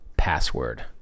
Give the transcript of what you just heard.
Password